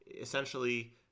essentially